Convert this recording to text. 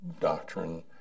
doctrine